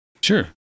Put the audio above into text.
Sure